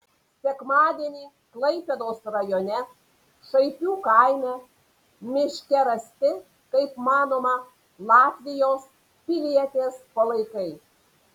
sekmadienį klaipėdos rajone šaipių kaime miške rasti kaip manoma latvijos pilietės palaikai